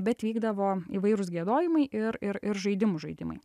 bet vykdavo įvairūs giedojimai ir ir ir žaidimų žaidimai